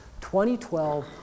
2012